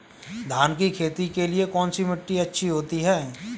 धान की खेती के लिए कौनसी मिट्टी अच्छी होती है?